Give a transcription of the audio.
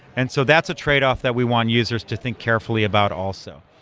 and so that's a trade-off that we want users to think carefully about also.